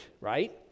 right